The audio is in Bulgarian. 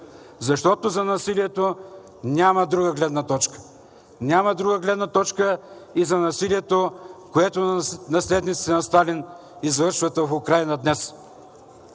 защото за насилието няма друга гледна точка! Няма друга гледна точка и за насилието, което наследниците на Сталин извършват в Украйна днес.